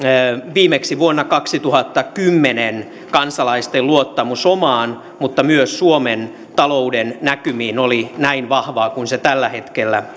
viimeksi vuonna kaksituhattakymmenen kansalaisten luottamus paitsi oman mutta myös suomen talouden näkymiin oli näin vahvaa kuin se tällä hetkellä